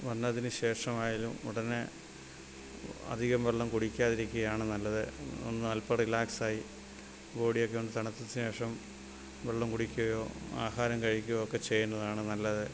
വന്നതിന് ശേഷമായാലും ഉടനെ അധികം വെള്ളം കുടിക്കാതിരിക്കുകയാണ് നല്ലത് ഒന്ന് അൽപ്പം റിലാക്സായി ബോഡിയൊക്കെ ഒന്ന് തണുത്ത ശേഷം വെള്ളം കുടിക്കുകയോ ആഹാരം കഴിക്കുകയോ ഒക്കെ ചെയ്യുന്നതാണ് നല്ലത്